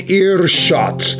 earshot